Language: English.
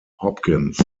hopkins